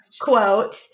quote